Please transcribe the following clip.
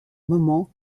moment